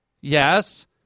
Yes